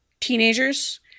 teenagers